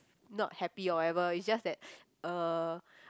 not happy or whatever it's just that uh